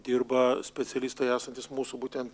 dirba specialistai esantys mūsų būtent